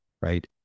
right